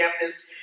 campus